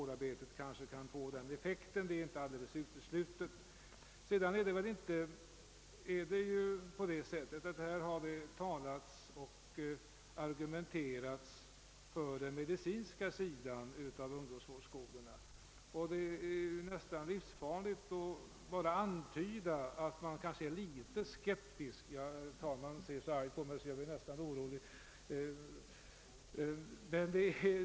Det är ju inte alldeles uteslutet att förändringar i vårdarbetet kan få den effekten. Här har argumenterats för den medicinska sidan av verksamheten vid ungdomsvårdsskolorna, och det är nästan livsfarligt att ens antyda att man är Jlitet skeptisk mot den.